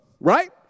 Right